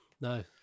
no